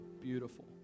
beautiful